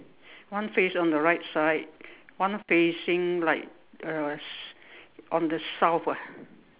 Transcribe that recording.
one face on the right side one facing like uh on the South ah